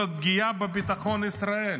זה פגיעה בביטחון ישראל.